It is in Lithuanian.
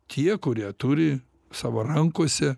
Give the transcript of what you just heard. tie kurie turi savo rankose